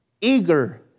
Eager